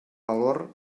valor